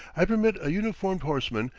i permit a uniformed horseman,